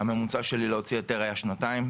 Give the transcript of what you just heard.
הממוצע שלי להוציא היתר היה שנתיים,